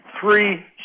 three